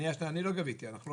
אנחנו לא גבינו.